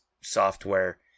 software